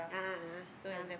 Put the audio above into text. a'ah a'ah a'ah